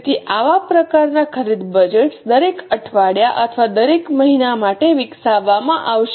તેથી આવા પ્રકારનાં ખરીદ બજેટ્સ દરેક અઠવાડિયા અથવા દરેક મહિના માટે વિકસાવવામાં આવશે